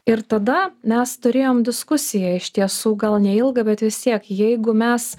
ir tada mes turėjom diskusiją iš tiesų gal neilgą bet vis tiek jeigu mes